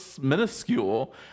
minuscule